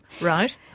right